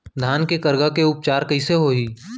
धान के करगा के उपचार कइसे होही?